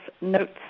notes